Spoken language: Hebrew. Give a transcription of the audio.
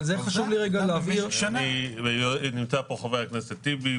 נמצא כאן חבר הכנסת טיבי,